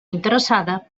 interessada